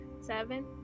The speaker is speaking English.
seven